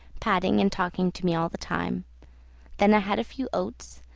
patting and talking to me all the time then i had a few oats,